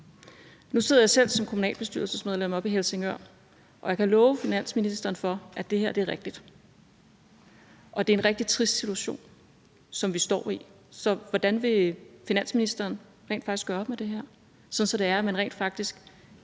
Nu sidder jeg selv som kommunalbestyrelsesmedlem oppe i Helsingør, og jeg kan love finansministeren for, at det her er rigtigt. Det er en rigtig trist situation, som vi står i. Så hvordan vil finansministeren gøre op med det her, sådan at man rent faktisk